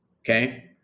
okay